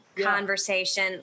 conversation